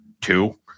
two